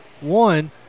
one